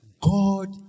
God